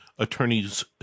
Attorneys